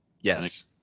Yes